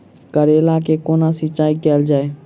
करैला केँ कोना सिचाई कैल जाइ?